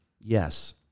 Yes